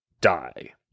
die